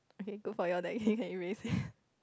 okay good for you that he can erase it